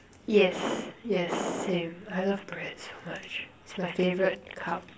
yes yes same I love bread so much it's my favourite carb